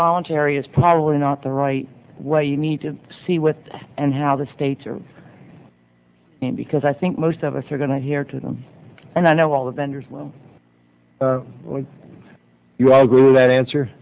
voluntary is probably not the right what you need to see with and how the states are in because i think most of us are going to hear to them and i know all the vendors well you all agree with that answer